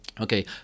Okay